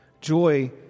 Joy